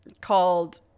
called